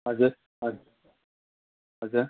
हजुर हजुर